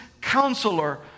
counselor